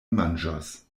manĝos